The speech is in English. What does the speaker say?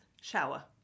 Shower